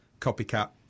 copycat